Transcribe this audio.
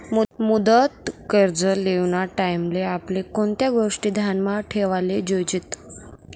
मुदत कर्ज लेवाना टाईमले आपले कोणत्या गोष्टी ध्यानमा ठेवाले जोयजेत